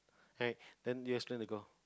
alright then you explain the girl